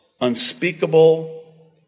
unspeakable